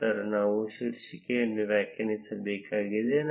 ನಂತರ ನಾವು ಶೀರ್ಷಿಕೆಯನ್ನು ವ್ಯಾಖ್ಯಾನಿಸಬೇಕಾಗಿದೆ